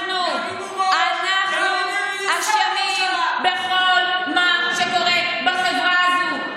אנחנו אשמים בכל מה שקורה בחברה הזו.